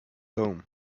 home